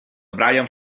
bryan